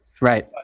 Right